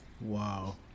Wow